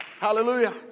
Hallelujah